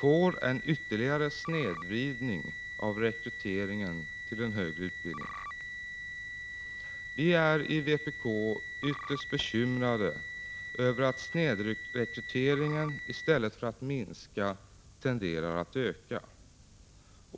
får en ytterligare snedvridning av rekryteringen till den högre utbildningen. Vpk är ytterst bekymrat över att snedrekryteringen i stället för att minska tenderar att öka.